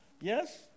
Yes